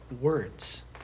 words